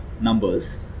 numbers